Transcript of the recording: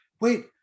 wait